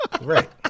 Right